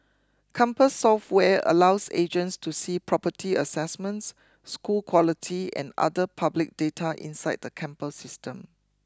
compass software allows agents to see property assessments school quality and other public data inside the campus system